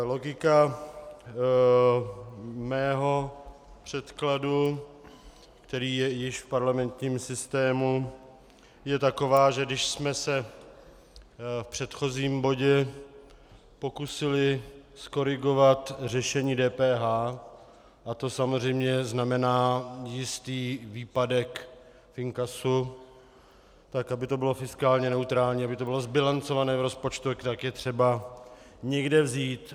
Logika mého předkladu, který je již v parlamentním systému, je taková, že když jsme se v předchozím bodě pokusili zkorigovat řešení DPH, a to samozřejmě znamená jistý výpadek v inkasu, tak aby to bylo fiskálně neutrální, aby to bylo zbilancované v rozpočtu, tak je třeba někde vzít.